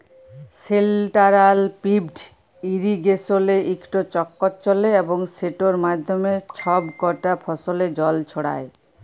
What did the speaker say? central pivot ইরিগেসলে ইকট চক্কর চলে এবং সেটর মাধ্যমে ছব কটা ফসলে জল ছড়ায়